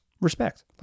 Respect